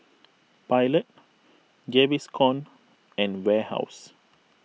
Pilot Gaviscon and Warehouse